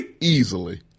Easily